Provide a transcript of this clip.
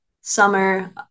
summer